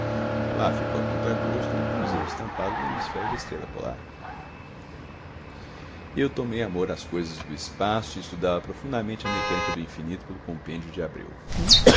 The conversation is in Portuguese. lá ficou a contragosto o cruzeiro estampado no hemisfério da estrela polar eu tomei amor às coisas do espaço e estudava profundamente a mecânica do infinito pelo compêndio de abreu